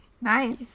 Nice